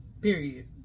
period